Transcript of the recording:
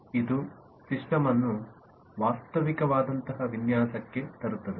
ಇದು ಸಿಸ್ಟಮ್ ಅನ್ನು ವಾಸ್ತವಿಕವಾದಂತಹ ವಿನ್ಯಾಸಕ್ಕೆ ತರುತ್ತದೆ